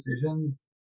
decisions